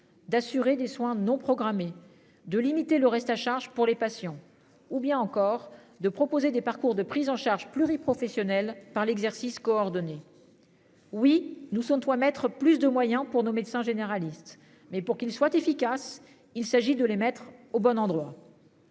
D'assurer des soins non programmés, de limiter le reste à charge pour les patients ou bien encore de proposer des parcours de prise en charge pluri-professionnelles par l'exercice coordonné. Oui nous sommes toi mettre plus de moyens pour nos médecins généralistes mais pour qu'il soit efficace, il s'agit de les mettre au bon endroit.